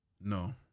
No